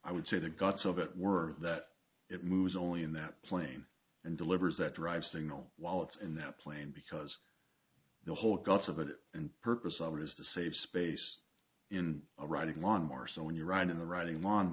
i would say the guts of it were that it moves only in that plane and delivers that drive signal while it's in that plane because the whole guts of it and purpose of it is to save space in a riding lawn mower so when you run in the riding